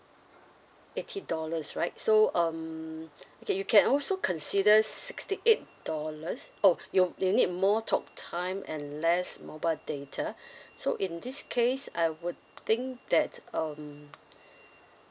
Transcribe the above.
eighty dollars right so um okay you can also considers sixty eight dollars oh you you need more talk time and less mobile data so in this case I would think that um